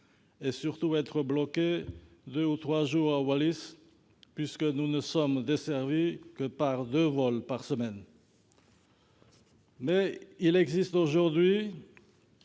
et, surtout, rester bloqué deux ou trois jours à Wallis, puisque nous ne sommes desservis que par deux vols par semaine. Reste qu'il est aujourd'hui